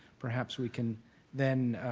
perhaps we can then